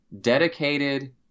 dedicated